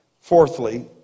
Fourthly